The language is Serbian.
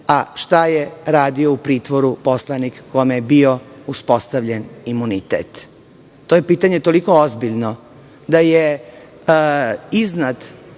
a šta je radio u pritvoru poslanik kome je bio uspostavljen imunitet. To je pitanje toliko ozbiljno da je iznad